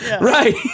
Right